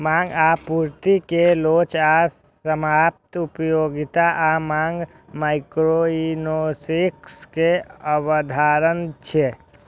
मांग आ आपूर्ति के लोच आ सीमांत उपयोगिता आ मांग माइक्रोइकोनोमिक्स के अवधारणा छियै